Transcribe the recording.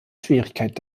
schwierigkeit